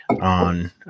on